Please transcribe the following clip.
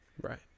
Right